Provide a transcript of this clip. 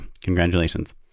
congratulations